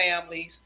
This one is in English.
families